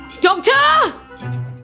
Doctor